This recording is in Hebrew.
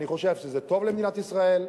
אני חושב שזה טוב למדינת ישראל,